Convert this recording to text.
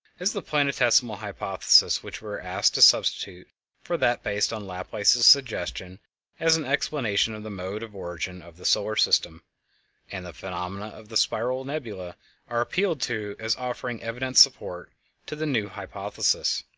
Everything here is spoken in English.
is the planetesimal hypothesis which we are asked to substitute for that based on laplace's suggestion as an explanation of the mode of origin of the solar system and the phenomena of the spiral nebulae are appealed to as offering evident support to the new hypothesis.